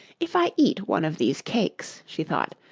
if i eat one of these cakes she thought,